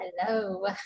Hello